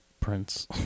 prince